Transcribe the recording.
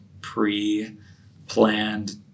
pre-planned